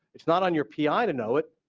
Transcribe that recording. it is not on your pi to know it,